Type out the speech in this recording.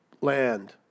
land